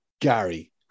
Gary